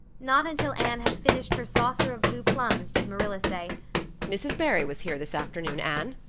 not until anne had finished her saucer of blue plums did marilla say mrs. barry was here this afternoon, anne.